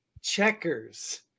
checkers